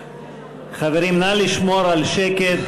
חברים, נא לשמור על שקט.